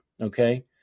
okay